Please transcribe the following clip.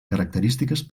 característiques